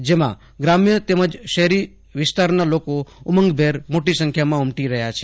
જેમાં ગ્રામ્ય તેમજ શેહરી વિસ્તારનાલોકો ઉમંગભેર મોટી સંખ્યામાં ઉમટી રહ્યા છે